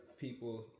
people